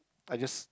I just